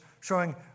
showing